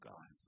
God